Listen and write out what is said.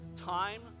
time